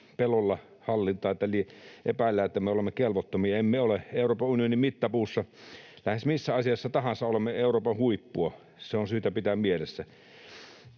pelolla hallintaan, että epäillään, että me olemme kelvottomia. Emme ole. Euroopan unionin mittapuussa lähes missä asiassa tahansa olemme Euroopan huippua. Se on syytä pitää mielessä.